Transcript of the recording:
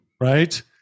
Right